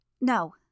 No